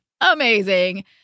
amazing